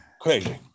Crazy